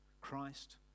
Christ